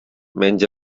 menys